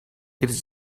it’s